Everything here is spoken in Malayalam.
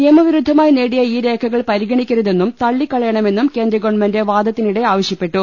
നിയമവിരുദ്ധമായി നേടിയ ഈ രേഖകൾ പരിഗണിക്കരുതെന്നും തള്ളിക്കളയണ മെന്നും കേന്ദ്ര ഗവൺമെന്റ് വാദത്തിനിടെ ആവശ്യപ്പെട്ടു